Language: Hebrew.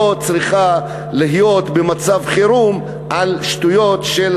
צריכה להיות במצב חירום על שטויות של